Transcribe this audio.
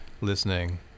listening